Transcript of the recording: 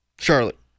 Charlotte